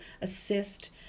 assist